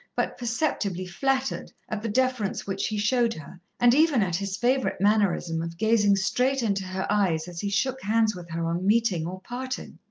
but perceptibly, flattered at the deference which he showed her, and even at his favourite mannerism of gazing straight into her eyes as he shook hands with her on meeting or parting.